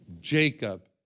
Jacob